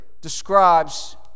describes